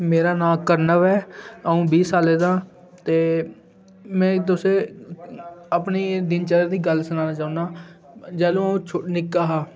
मेरा नांऽ कर्णव ऐ अ'ऊं बीह् सालें दा ऐ ते में तुसें अपनी दिनचर्या दी गल्ल सनाना चाह्न्नां जैहलूं अ'ऊं छ निक्का हा